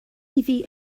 iddi